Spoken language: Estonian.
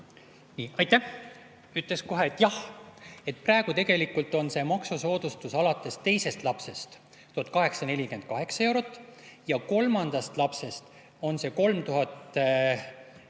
Aitäh! Ütleks kohe, et jah. Praegu tegelikult on see maksusoodustus alates teisest lapsest 1848 eurot ja alates kolmandast lapsest 3048